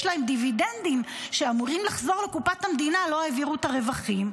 להן דיבידנדים שאמורים לחזור לקופת המדינה לא העבירו את הרווחים,